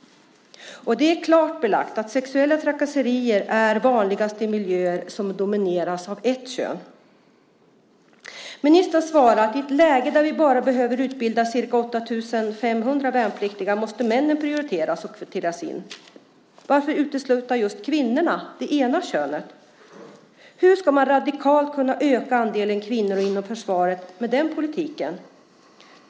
Det är klart belagt att sexuella trakasserier är vanligast i miljöer som domineras av ett kön. Ministern svarar att i ett läge där vi bara behöver utbilda ca 8 500 värnpliktiga måste männen prioriteras och kvoteras in. Varför ska vi utesluta just kvinnorna, det ena könet? Hur ska man radikalt kunna öka andelen kvinnor inom försvaret med den politiken?